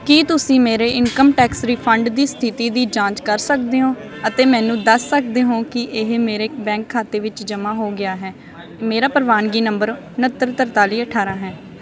ਕੀ ਤੁਸੀਂ ਮੇਰੇ income tax refund ਦੀ ਸਥਿਤੀ ਦੀ ਜਾਂਚ ਕਰ ਸਕਦੇ ਹੋ ਅਤੇ ਮੈਨੂੰ ਦੱਸ ਸਕਦੇ ਹੋ ਕੀ ਇਹ ਮੇਰੇ ਬੈਂਕ ਖਾਤੇ ਵਿੱਚ ਜਮ੍ਹਾਂ ਹੋ ਗਿਆ ਹੈ ਮੇਰਾ ਪ੍ਰਵਾਨਗੀ ਨੰਬਰ ਉੱਣਤਰ ਤਰਤਾਲੀ ਅਠਾਰਾਂ ਹੈ